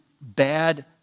bad